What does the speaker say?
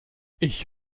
ich